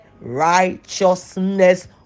righteousness